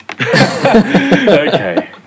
Okay